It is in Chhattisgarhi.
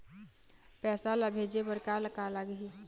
पैसा ला भेजे बार का का लगही?